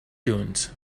dunes